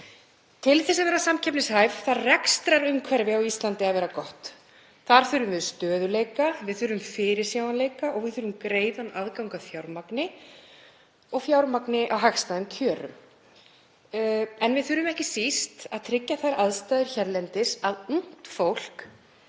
Til þess að vera samkeppnishæf þarf rekstrarumhverfi á Íslandi að vera gott. Þar þurfum við stöðugleika. Við þurfum fyrirsjáanleika og við þurfum greiðan aðgang að fjármagni og fjármagni á hagstæðum kjörum. Við þurfum ekki síst að tryggja þær aðstæður hérlendis að ungt fólk